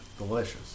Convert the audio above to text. delicious